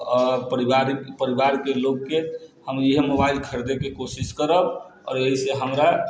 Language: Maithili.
परिवार परिवारके लोगके हम ईहे मोबाइल खरीदैके कोशिश करब आओर एहीसँ हमरा